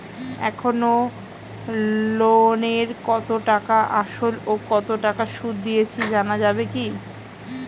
এখনো লোনের কত টাকা আসল ও কত টাকা সুদ দিয়েছি জানা যাবে কি?